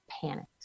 panicked